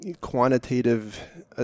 quantitative